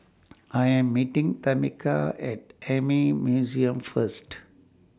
I Am meeting Tamica At Army Museum First